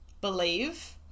believe